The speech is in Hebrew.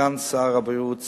סגן שר הבריאות,